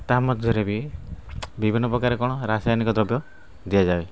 ତାହା ମଧ୍ୟରେ ବି ବିଭିନ୍ନପ୍ରକାର କ'ଣ ରାସାୟନିକ ଦ୍ରବ୍ୟ ଦିଆଯାଏ